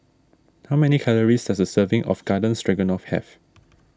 how many calories does a serving of Garden Stroganoff have